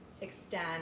extend